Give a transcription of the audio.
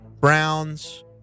Browns